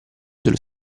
dello